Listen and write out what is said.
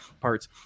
parts